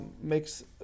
makes